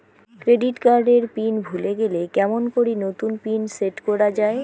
Credit card এর pin ভুলে গেলে কেমন করি নতুন পিন সেট করা য়ায়?